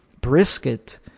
brisket